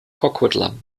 coquitlam